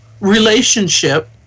relationship